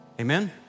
Amen